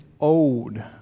owed